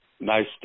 Nice